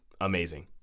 amazing